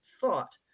thought